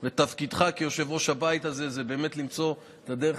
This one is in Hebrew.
ותפקידך כיושב-ראש הבית הזה הוא באמת למצוא את הדרך